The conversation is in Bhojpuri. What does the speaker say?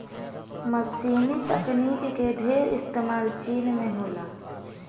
मशीनी तकनीक के ढेर इस्तेमाल चीन में होला